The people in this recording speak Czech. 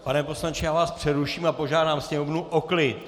Pane poslanče, já vás přeruším a požádám sněmovnu o klid!